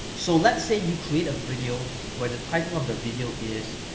so let's say you create a video where the title of the video is,